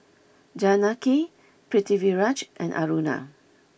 Janaki Pritiviraj and Aruna